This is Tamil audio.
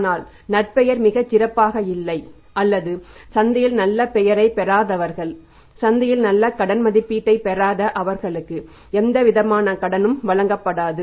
ஆனால் நற்பெயர் மிகச் சிறப்பாக இல்லை அல்லது சந்தையில் நல்ல பெயரைப் பெறாதவர்கள் சந்தையில் நல்ல கடன் மதிப்பீட்டைப் பெறாத அவர்களுக்கு எந்தவிதமான கடனும் வழங்கப்படாது